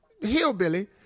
hillbilly